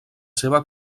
seva